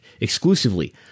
exclusively